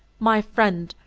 my friend,